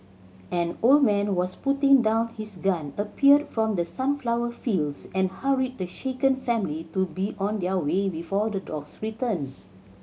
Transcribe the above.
an old man was putting down his gun appeared from the sunflower fields and hurried the shaken family to be on their way before the dogs return